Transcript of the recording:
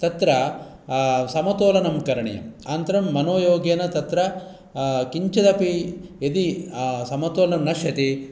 तत्र समतोलनं करणीयम् अनन्तरं मनो योगेन तत्र किञ्चिदपि यदि समतोलनं नश्यति